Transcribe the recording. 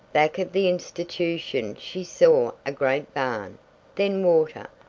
back of the institution she saw a great barn then water!